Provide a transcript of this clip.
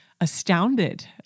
astounded